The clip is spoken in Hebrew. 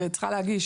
היא צריכה להגיש,